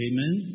Amen